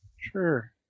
Sure